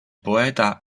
poeta